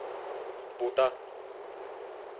बूह्टा